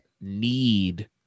need